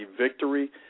victory